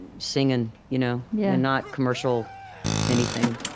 singing and you know yeah not commercial anything.